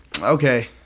okay